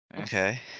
Okay